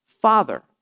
father